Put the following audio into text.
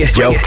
yo